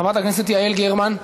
חברת הכנסת יעל גרמן,